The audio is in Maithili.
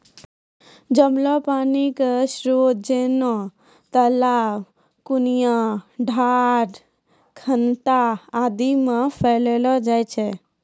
जमलो पानी क स्रोत जैसें तालाब, कुण्यां, डाँड़, खनता आदि म पैलो जाय छै